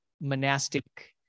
monastic